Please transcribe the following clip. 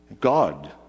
God